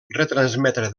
retransmetre